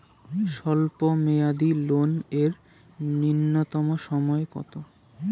স্বল্প মেয়াদী লোন এর নূন্যতম সময় কতো?